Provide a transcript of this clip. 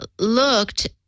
looked